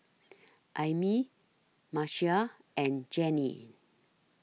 Ami Marcia and Jennie